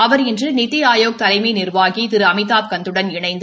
அவர் இன்று நித்தி ஆயோக் தலைமை நிர்வாகி திரு அமிதாப் கந்த் வுடன் இணைந்து